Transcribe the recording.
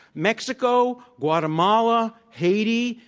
mexico, guatemala, haiti,